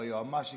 לא יועמ"שית,